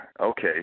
okay